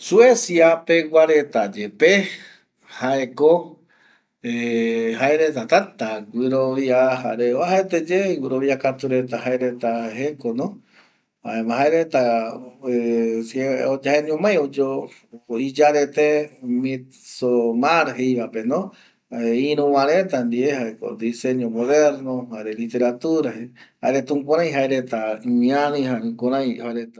Suecia pegua reta yepe jaeko jaereta täta guɨrovia jare oajaeteye guɨroviakatu reta jaereta jekono jaema jaereta jaeñomai jaereta iyarete mitsomar jeivapeno ïruva reta ndie jaeko diseño moderno jare literatura jaereta jukurai jaereta imiari jare jukurai jaereta